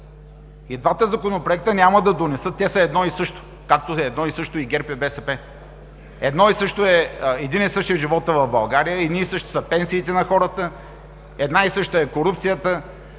и двата законопроекта няма да донесат, те са едно и също, както е едно и също ГЕРБ и БСП. Един и същи е животът в България, едни и същи са пенсиите на хората, една и съща е корупцията,